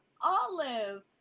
olive